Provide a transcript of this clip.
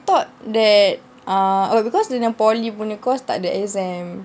thought that err because dia punya poly punya course takde exam